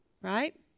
right